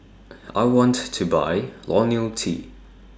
I want to Buy Lonil T